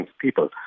people